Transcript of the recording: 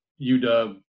UW